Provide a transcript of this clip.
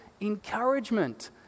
encouragement